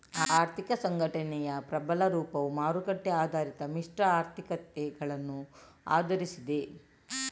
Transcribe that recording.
ಆರ್ಥಿಕ ಸಂಘಟನೆಯ ಪ್ರಬಲ ರೂಪವು ಮಾರುಕಟ್ಟೆ ಆಧಾರಿತ ಮಿಶ್ರ ಆರ್ಥಿಕತೆಗಳನ್ನು ಆಧರಿಸಿದೆ